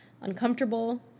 uncomfortable